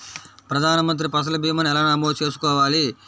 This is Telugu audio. ప్రధాన మంత్రి పసల్ భీమాను ఎలా నమోదు చేసుకోవాలి?